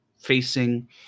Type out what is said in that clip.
facing